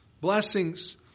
blessings